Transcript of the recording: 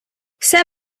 все